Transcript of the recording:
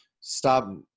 stop